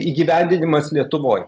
įgyvendinimas lietuvoj